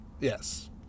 Yes